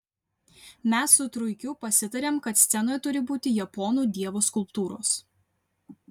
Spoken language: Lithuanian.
mes su truikiu pasitarėm kad scenoje turi būti japonų dievų skulptūros